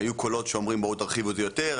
היו קולות שאומרים בואו תרחיבו את זה יותר.